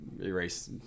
erase